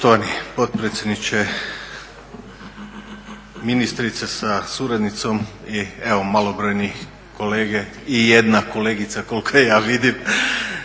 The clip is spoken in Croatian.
Poštovani potpredsjedniče, ministrice sa suradnicom i evo malobrojni kolege i jedna kolegica koliko je ja vidim